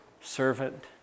servant